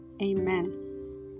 Amen